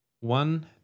one